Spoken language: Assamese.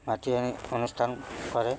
মাতি আনি অনুষ্ঠান কৰে